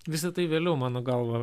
visa tai vėliau mano galva